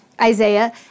Isaiah